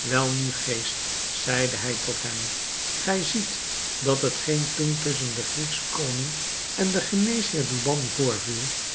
welnu geest zeide hij tot hem gij ziet dat hetgeen toen tusschen den griekschen koning en den geneesheer douban voorviel